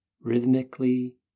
rhythmically